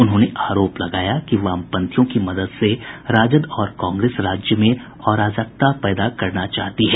उन्होंने आरोप लगाया कि वामपंथियों की मदद से राजद और कांग्रेस राज्य में अराजकता पैदा करना चाहती है